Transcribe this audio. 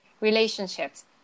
relationships